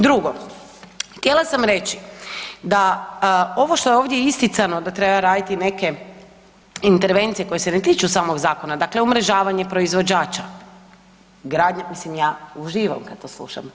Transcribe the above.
Drugo, htjela sam reći da ovo što je ovdje isticano da treba raditi neke intervencije koje se ne tiču samog zakona, dakle umrežavanje proizvođača, mislim ja uživam kad to slušam.